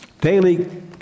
daily